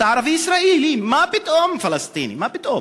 אתה ערבי-ישראלי, מה פתאום פלסטיני, מה פתאום,